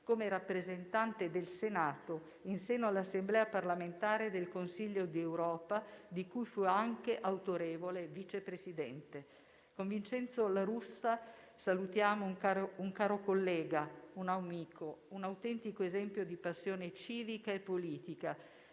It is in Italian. come rappresentante del Senato in seno all'Assemblea parlamentare del Consiglio d'Europa di cui fu anche autorevole Vice Presidente. Con Vincenzo La Russa salutiamo un caro collega, un amico, un autentico esempio di passione civica e politica,